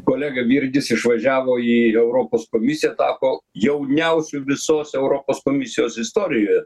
kolega virgis išvažiavo į europos komisiją tapo jauniausiu visos europos komisijos istorijoje